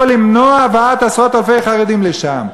למנוע הבאת עשרות אלפי חרדים לשם.